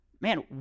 Man